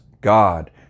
God